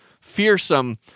fearsome